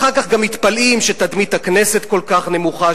אחר כך גם מתפלאים שתדמית הכנסת כל כך נמוכה,